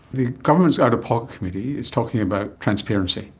the government out-of-pocket committee is talking about transparency.